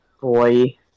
boy